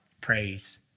praise